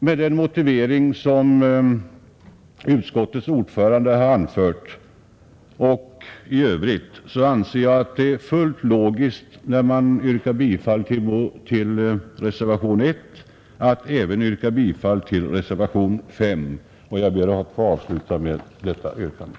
Med den motivering som utskottets ordförande anförde och även i övrigt anser jag att det är fullt logiskt att även yrka bifall till reservationen 5, när man yrkat bifall till reservationen 1. Jag ber att få avsluta med detta yrkande.